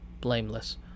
blameless